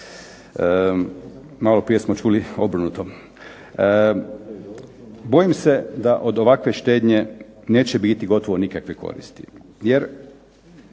Maloprije smo čuli obrnuto. Bojim se da od ovakve štednje neće biti gotovo nikakve koristi.